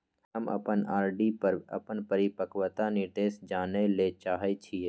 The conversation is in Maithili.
हम अपन आर.डी पर अपन परिपक्वता निर्देश जानय ले चाहय छियै